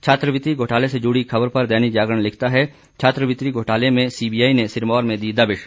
छात्रवृति घोटाले से जुड़ी खबर पर दैनिक जागरण लिखता है छात्रवृति घोटाले में सीबीआई ने सिरमौर में दी दबिश